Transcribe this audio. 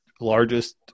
largest